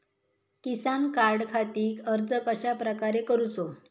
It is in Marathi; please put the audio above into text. किसान कार्डखाती अर्ज कश्याप्रकारे करूचो?